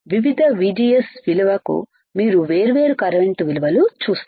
వివిధ VGSవిలువ కు మీరు వేర్వేరు కరెంట్ విలువలు చూస్తారు